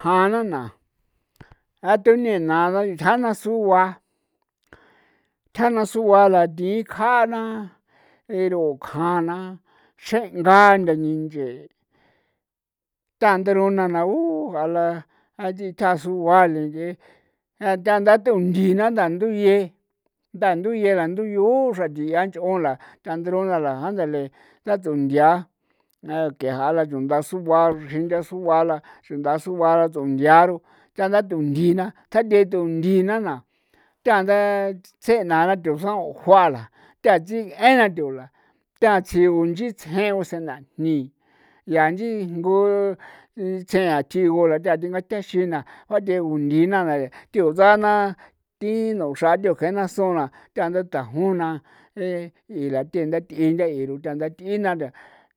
Ja'a na na a thu nena tjana sugua tjana sugua la thi'i kjana pero kjana xe'nga ntha ninche tandarona na ugala a thi tjaa sugua le nch'e a tha na thundi na nda ndu ye dan ndu yee nda ru yu'u xra ti'a nch'o la tandarona a la andale satundi'a a ke ja'a la chunda sugua chrinda sua la chrinda sugua la tsundi aru chá na thundi na kja thathundi na na chan tsjee naa thu saon juauara tatsienra thu la thatsiu'u inchin tsjen usenajni yaa nchinjgu tsjean thi gu la thingathexin na bathe'e gundi na na thiutsaa na thi na'u xrathe na ke'e na suna thean tandajuna irathee ntha tiin na tha